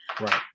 Right